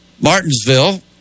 Martinsville